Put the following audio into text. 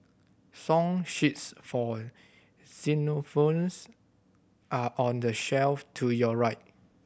song sheets for xylophones are on the shelf to your right